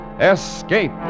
Escape